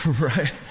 right